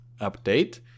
update